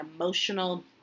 emotional